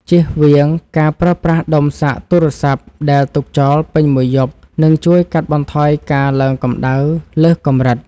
ជៀសវាងការប្រើប្រាស់ដុំសាកទូរស័ព្ទដែលទុកចោលពេញមួយយប់នឹងជួយកាត់បន្ថយការឡើងកម្តៅលើសកម្រិត។